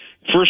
First